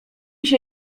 się